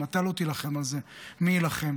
אם אתה לא תילחם על זה, מי יילחם?